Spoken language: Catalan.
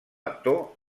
actor